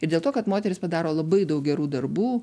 ir dėl to kad moterys padaro labai daug gerų darbų